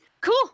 cool